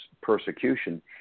persecution